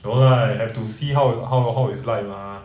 no lah have to see how how how it's like mah